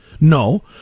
No